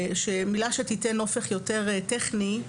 מילה שתיתן נופך יותר טכני,